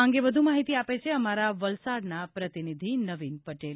આ અંગે વધુ માહિતી આપે છે અમારા વલસાડના પ્રતિનિધિ નવીન પટેલ